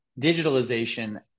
digitalization